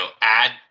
add